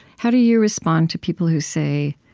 how do you respond to people who say,